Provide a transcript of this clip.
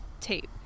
tape